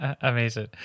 amazing